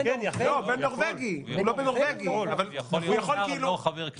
הוא יכול להיות שר, אבל לא חבר כנסת.